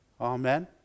Amen